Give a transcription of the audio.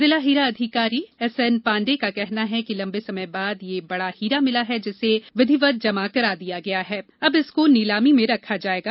जिला हीरा अधिकारी एसएन पांडेय का कहना है कि लंबे समय बाद यह बड़ा हीरा मिला है जिसे विधिवत जमा करा दिया गया है अब इसको नीलामी में रखा जाएगा